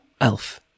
Elf